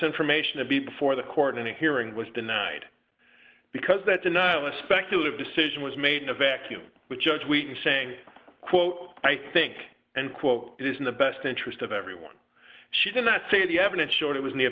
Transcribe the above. information to be before the court in a hearing was denied because that denial of speculative decision was made in a vacuum with judge we saying quote i think and quote it is in the best interest of everyone she did not say the evidence showed it was near